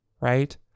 right